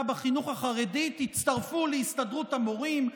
בחינוך החרדי: תצטרפו להסתדרות המורים,